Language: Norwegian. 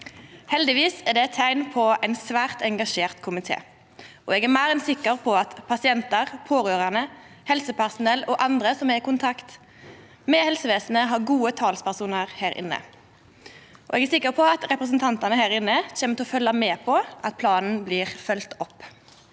Heldigvis er det eit teikn på ein svært engasjert komité. Eg er meir enn sikker på at pasientar, pårørande, helsepersonell og andre som er i kontakt med helsevesenet, har gode talspersonar her. Og eg er sikker på at representantane kjem til å følgja med på at planen blir følgd opp.